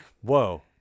whoa